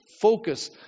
focus